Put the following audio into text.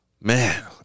man